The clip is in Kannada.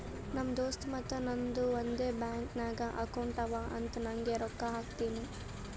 ನಮ್ ದೋಸ್ತ್ ಮತ್ತ ನಂದು ಒಂದೇ ಬ್ಯಾಂಕ್ ನಾಗ್ ಅಕೌಂಟ್ ಅವಾ ಅಂತ್ ನಂಗೆ ರೊಕ್ಕಾ ಹಾಕ್ತಿನೂ